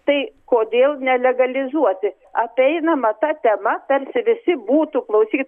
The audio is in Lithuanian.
tai kodėl nelegalizuoti apeinama ta tema tarsi visi būtų klausyt